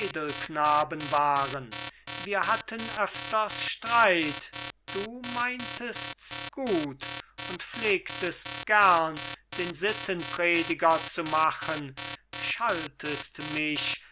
edelknaben waren wir hatten öfters streit du meintests gut und pflegtest gern den sittenprediger zu machen schaltest mich